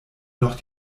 noch